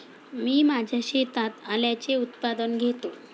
मी माझ्या शेतात आल्याचे उत्पादन घेतो